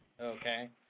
Okay